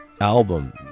album